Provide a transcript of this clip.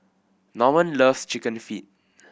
Normand loves Chicken Feet